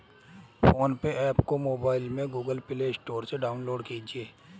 phone पे app को mobile में गूगल प्ले स्टोर से डाउनलोड कीजिए